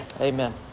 Amen